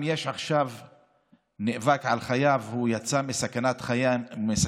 מנכ"ל עיריית קלנסווה נאבק על חייו ועכשיו יצא מסכנת חיים.